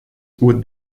would